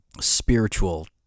spiritual